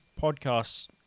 podcast's